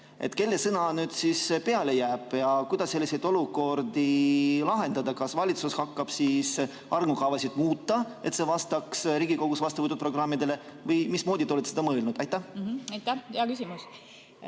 Kelle sõna siis peale jääb ja kuidas selliseid olukordi lahendada? Kas valitsus hakkab arengukavasid muutma, et need vastaks Riigikogus vastuvõetud programmidele, või mismoodi te olete seda mõelnud? Aitäh, härra esimees!